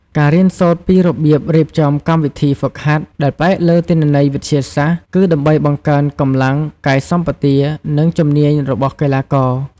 ការរៀនសូត្រពីរបៀបរៀបចំកម្មវិធីហ្វឹកហាត់ដែលផ្អែកលើទិន្នន័យវិទ្យាសាស្ត្រ គឺដើម្បីបង្កើនកម្លាំង កាយសម្បទា និងជំនាញរបស់កីឡាករ។